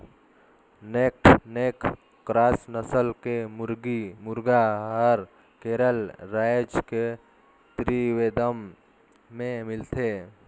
naked neck cross नसल के मुरगी, मुरगा हर केरल रायज के त्रिवेंद्रम में मिलथे